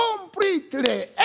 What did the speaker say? completely